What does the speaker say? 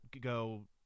go